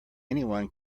anyone